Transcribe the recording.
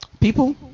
People